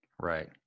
Right